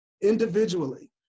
individually